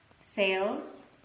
sales